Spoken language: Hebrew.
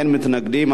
אין מתנגדים.